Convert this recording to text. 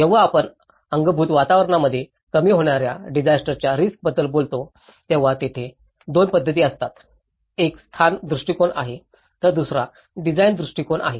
जेव्हा आपण अंगभूत वातावरणामध्ये कमी होणाऱ्या डिजास्टरच्या रिस्क बद्दल बोलतो तेव्हा तेथे 2 पध्दती असतात एक स्थान दृष्टीकोन आहे तर दुसरा डिझाइन दृष्टीकोन आहे